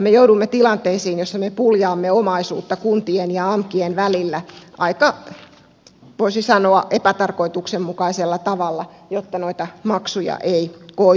me joudumme tilanteisiin joissa me puljaamme omaisuutta kuntien ja amkien välillä aika voisi sanoa epätarkoituksenmukaisella tavalla jotta noita maksuja ei koituisi